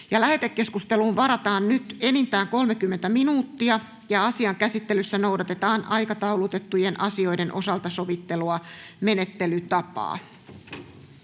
Lähetekeskusteluun varataan enintään 30 minuuttia. Asian käsittelyssä noudatetaan aikataulutettujen asioiden osalta sovittuja menettelytapoja.